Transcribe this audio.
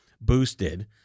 boosted